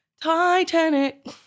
Titanic